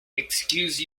excuse